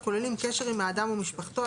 הכוללים קשר עם האדם ומשפחתו,